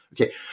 Okay